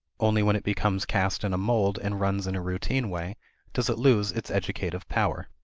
only when it becomes cast in a mold and runs in a routine way does it lose its educative power.